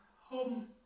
Home